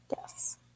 Yes